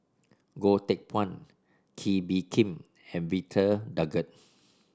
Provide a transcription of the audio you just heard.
Goh Teck Phuan Kee Bee Khim and Victor Doggett